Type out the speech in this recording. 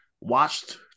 watched